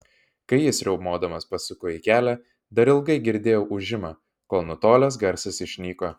kai jis riaumodamas pasuko į kelią dar ilgai girdėjau ūžimą kol nutolęs garsas išnyko